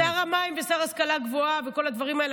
שר המים והשר להשכלה גבוהה וכל הדברים האלה,